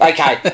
Okay